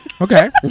Okay